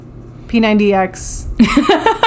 P90X